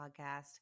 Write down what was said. podcast